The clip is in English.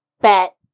Bet